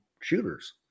shooters